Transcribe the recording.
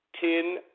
ten